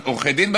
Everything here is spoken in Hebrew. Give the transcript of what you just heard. עורכי דין,